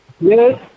Yes